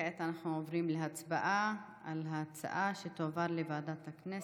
כעת אנחנו עוברים להצבעה על שההצעה תועבר לוועדת הכנסת.